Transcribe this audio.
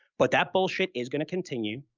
but that bullshit is going to continue,